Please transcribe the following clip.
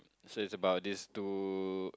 so it's about this two